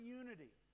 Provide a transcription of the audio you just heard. unity